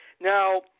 Now